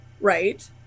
right